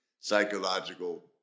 psychological